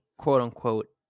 quote-unquote